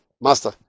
master